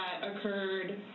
occurred